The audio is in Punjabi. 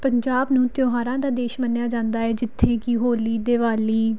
ਪੰਜਾਬ ਨੂੰ ਤਿਉਹਾਰਾਂ ਦਾ ਦੇਸ਼ ਮੰਨਿਆ ਜਾਂਦਾ ਹੈ ਜਿੱਥੇ ਕਿ ਹੋਲੀ ਦੀਵਾਲੀ